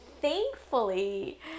thankfully